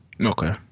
Okay